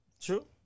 True